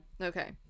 Okay